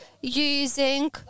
using